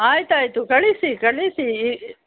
ಆಯ್ತು ಆಯಿತು ಕಳಿಸಿ ಕಳಿಸೀ